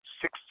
six